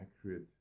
accurate